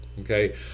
okay